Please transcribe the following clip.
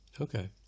Okay